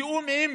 בתיאום עם